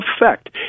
effect